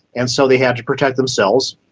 and so they had to protect themselves,